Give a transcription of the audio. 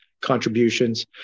contributions